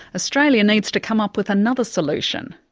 australia needs to come up with another solution,